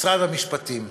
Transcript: משרד המשפטים,